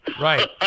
Right